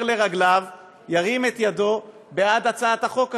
לרגליו ירים את ידו בעד הצעת החוק הזאת.